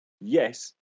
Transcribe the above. yes